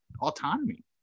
autonomy